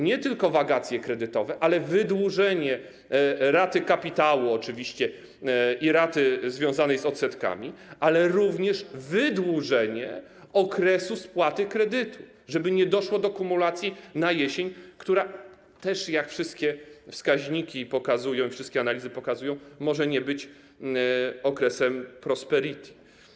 Nie tylko wakacje kredytowe, ale wydłużenie raty kapitału oczywiście i raty związanej z odsetkami, ale również wydłużenie okresu spłaty kredytu, żeby nie doszło do kumulacji jesienią, która też, jak wszystkie wskaźniki i wszystkie analizy pokazują, może nie być okresem prosperity.